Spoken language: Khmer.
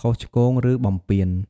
ខុសឆ្គង ឬបំពាន។